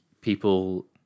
people